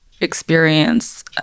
experience